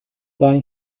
bei